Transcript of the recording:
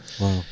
Wow